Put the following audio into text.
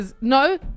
No